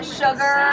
sugar